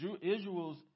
Israel's